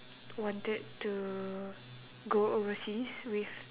wanted to go overseas with